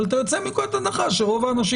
אבל אתה יוצא מנקודת הנחה שרוב האנשים